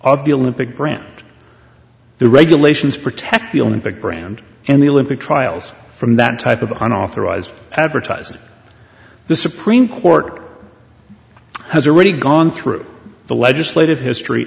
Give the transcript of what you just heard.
of the olympic brand the regulations protect the olympic brand and the olympic trials from that type of an authorized advertising the supreme court has already gone through the legislative history